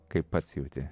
kaip pats jauti